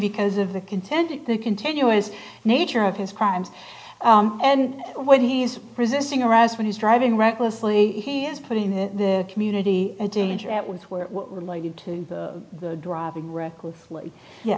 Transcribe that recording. because of the content of the continuous nature of his crimes and when he's resisting arrest when he's driving recklessly he is putting it in the community a danger that with where related to the driving recklessly